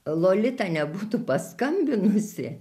lolita nebūtų paskambinusi